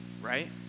right